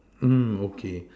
mm okay